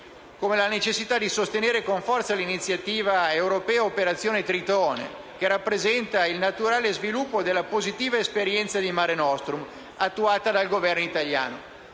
la necessità di sostenere con forza l'iniziativa europea Operazione Tritone, che rappresenta il naturale sviluppo della positiva esperienza di Mare nostrum, attuata dal Governo italiano.